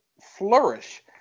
flourish